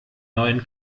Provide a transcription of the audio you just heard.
neuen